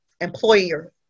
employer